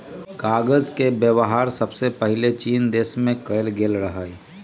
कागज के वेबहार सबसे पहिले चीन देश में कएल गेल रहइ